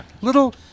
little